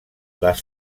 las